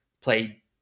play